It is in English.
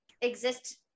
exist